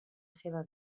seva